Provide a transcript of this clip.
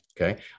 okay